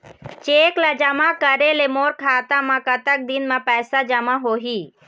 Cheque ला जमा करे ले मोर खाता मा कतक दिन मा पैसा जमा होही?